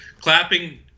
clapping –